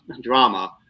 drama